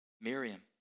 Miriam